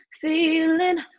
feeling